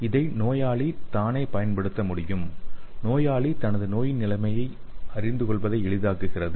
இதை நோயாளி தானே பயன்படுத்த முடியும்நோயாளி தனது நோயின் நிலைமையை அறிந்து கொள்வதை எளிதாக்குகிறது